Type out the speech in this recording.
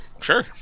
Sure